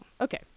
Okay